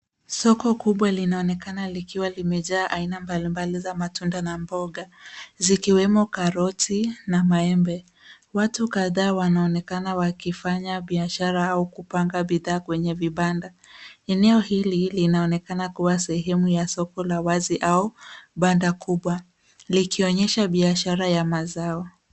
Soko kubwa linaonekana likiwa limejaa aina mbalimbali za matunda na mboga zikiwemo karoti na maembe. Watu kadhaa wanaonekana wakifanya biashara au kupanga bidhaa kwenye vibanda. Eneo hili linaonekana kuwa sehemu ya soko la wazi au banda kubwa likionyesha biashara ya mazao.